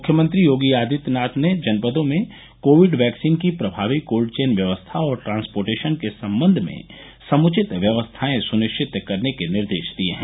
मुख्यमंत्री योगी आदित्यनाथ ने जनपदों में कोविड वैक्सीन की प्रभावी कोल्ड चेन व्यवस्था और ट्रांसपोटेशन के संबंध में समुचित व्यवस्थायें सुनिश्चित करने के निर्देश दिये हैं